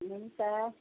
हुन्छ